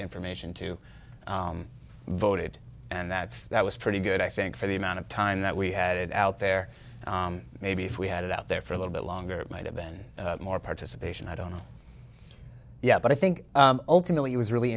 information to voted and that's that was pretty good i think for the amount of time that we had out there maybe if we had it out there for a little bit longer it might have been more participation i don't know yeah but i think ultimately it was really